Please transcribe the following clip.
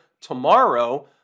tomorrow